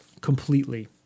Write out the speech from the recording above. Completely